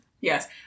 Yes